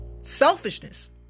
selfishness